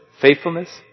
faithfulness